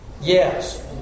yes